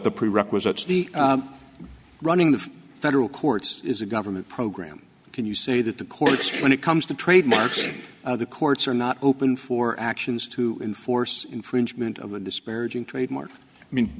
the prerequisites the running the federal courts is a government program can you say that the courts when it comes to trademarks the courts are not open for actions to enforce infringement of a disparaging trademark i mean